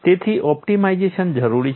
તેથી ઓપ્ટિમાઇઝેશન જરૂરી છે